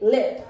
Lip